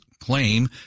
claim